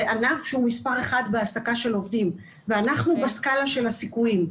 זה ענף שהוא מספר אחת בהעסקה של עובדים ואנחנו בסקלה של הסיכויים.